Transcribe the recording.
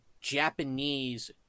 Japanese